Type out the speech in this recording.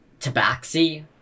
tabaxi